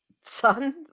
son